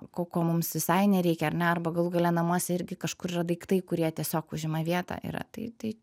ko ko mums visai nereikia ar ne arba galų gale namuose irgi kažkur yra daiktai kurie tiesiog užima vietą yra tai tai